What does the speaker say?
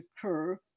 occur